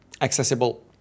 accessible